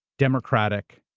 democratic,